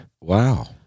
Wow